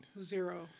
Zero